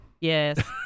Yes